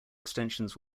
extensions